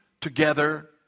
together